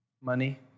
Money